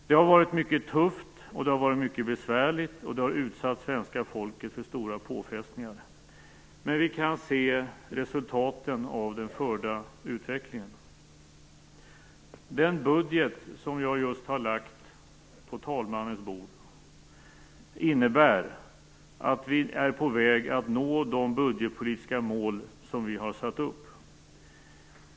Det har varit mycket tufft och mycket besvärligt, och det har utsatt svenska folket för stora påfrestningar. Men vi kan se resultaten av den förda utvecklingen. Den budget som jag just har lagt på talmannens bord innebär att vi är på väg att nå de budgetpolitiska mål som vi har satt upp.